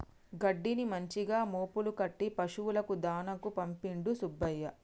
గడ్డిని మంచిగా మోపులు కట్టి పశువులకు దాణాకు పంపిండు సుబ్బయ్య